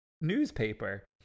newspaper